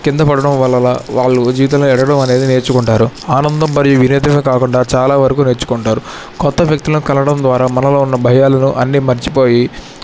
కింద పడడం వాళ్ళలా వాళ్ళు జీవితంలో ఎదగడం అనేది నేర్చుకుంటారు ఆనందం మరియు విధేయతను కాకుండా చాలా వరకు నేర్చుకుంటారు కొత్త వ్యక్తులను కలవడం ద్వారా మనలో ఉన్న భయాలును అన్నీ మర్చిపోయి